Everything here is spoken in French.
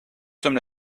sommes